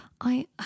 I